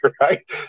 right